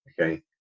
okay